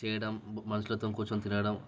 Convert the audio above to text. చేయడం మనుషులతోని కూర్చోని తినడం